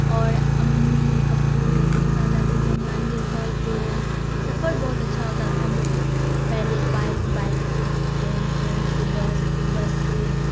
اور امی ابو یہ سب کے ساتھ جاتے تھے ہم نانی کے گھر تو سفر بہت اچھا ہوتا تھا ہم لوگ کا پہلے بائک بائک سے ٹرین ٹرین سے بس پھر بس سے